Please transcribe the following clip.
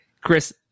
Chris